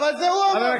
אבל זה הוא אמר,